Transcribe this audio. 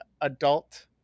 adult